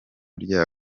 rya